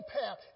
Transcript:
path